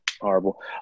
horrible